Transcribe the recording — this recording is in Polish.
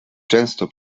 często